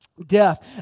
Death